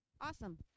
Awesome